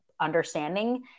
understanding